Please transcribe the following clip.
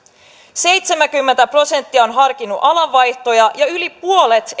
seitsemänkymmentä prosenttia on harkinnut alanvaihtoa ja yli puolet